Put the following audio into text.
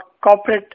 corporate